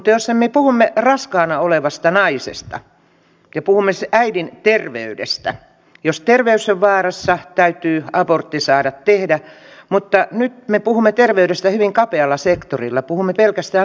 jos me puhumme raskaana olevasta naisesta ja puhumme äidin terveydestä niin jos terveys on vaarassa täytyy abortti saada tehdä mutta nyt me puhumme terveydestä hyvin kapealla sektorilla puhumme pelkästään somaattisesta terveydestä